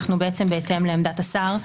בהתאם לעמדת השר,